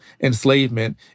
enslavement